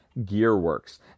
Gearworks